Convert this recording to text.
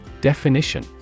Definition